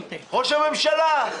ראש הממשלה.